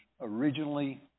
originally